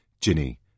Ginny